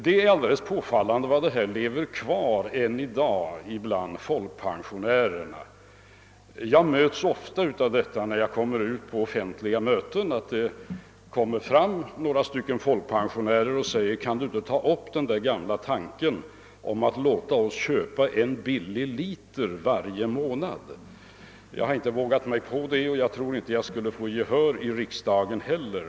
Det är påfallande hur denna tanke än i dag lever kvar bland folkpensionärerna. På offentliga möten händer det ofta att folkpensionärer kommer fram och frågar mig om jag inte kan ta upp den gamla tanken att låta dem köpa en billig liter varje månad. Jag har inte vågat mig på detta, och jag tror inte heller att jag skulle få gehör i riksdagen för något sådant.